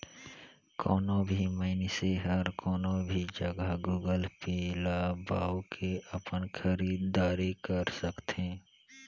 कोनो भी मइनसे हर कोनो भी जघा गुगल पे ल बउ के अपन खरीद दारी कर सकथे